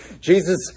Jesus